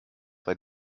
bei